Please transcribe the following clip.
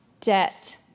debt